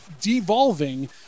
devolving